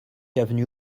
avenue